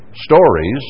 Stories